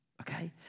Okay